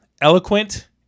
eloquent